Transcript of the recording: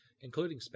including